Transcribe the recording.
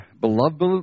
Beloved